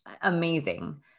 Amazing